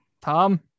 Tom